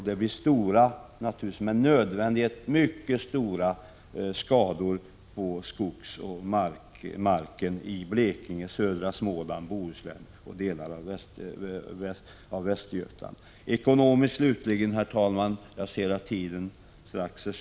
Detta medför med nödvändighet mycket stora skador på skogen och marken i Blekinge, södra Småland, Bohuslän och delar av Västergötland. Jag ser, herr talman, att min taletid strax är slut, men jag vill säga några ord också om ekonomin.